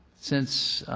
since